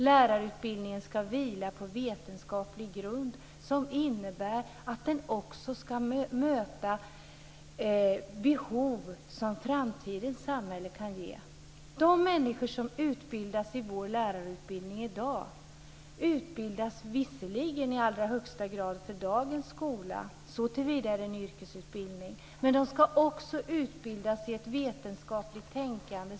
Lärarutbildningen ska vila på vetenskaplig grund. Det innebär att den också ska möta behov som kan uppstå i framtidens samhälle. De människor som utbildas i vår lärarutbildning i dag utbildas visserligen i allra högsta grad för dagens skola. Såtillvida är det en yrkesutbildning. Men de ska också utbildas i ett vetenskapligt tänkande.